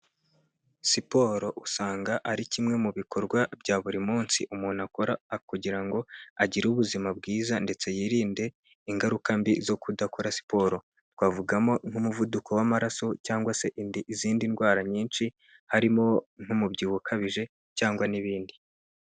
Siporo usanga ari kimwe mu bikorwa bya buri munsi umuntu akora kugira ngo agire ubuzima bwiza ndetse yirinde ingaruka mbi zo kudakora siporo. Twavugamo nk'umuvuduko w'amaraso cyangwa se izindi ndwara nyinshi harimo n'umubyibuho ukabije cyangwa n'ibindi.